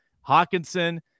Hawkinson